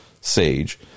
Sage